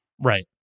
right